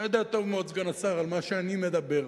אתה יודע טוב מאוד, סגן השר, על מה שאני מדבר.